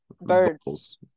birds